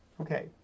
okay